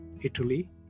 Italy